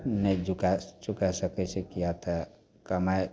नहि चुकै चुकै सकै छै किएक तऽ कमै